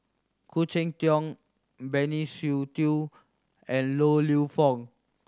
Khoo Cheng Tiong Benny Se Teo and Yong Lew Foong